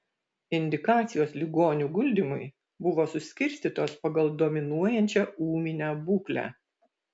indikacijos ligonių guldymui buvo suskirstytos pagal dominuojančią ūminę būklę